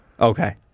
Okay